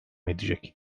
edecek